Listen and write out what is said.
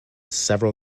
several